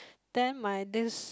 then my this